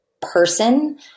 person